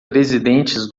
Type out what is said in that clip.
presidentes